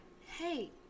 hey